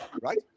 right